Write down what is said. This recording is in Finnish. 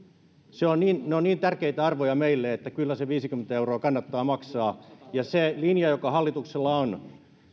ja ne ovat niin tärkeitä arvoja meille että kyllä se viisikymmentä euroa kannattaa maksaa ja se linja joka hallituksella on